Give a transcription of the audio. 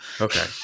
Okay